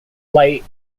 light